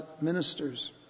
ministers